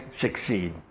succeed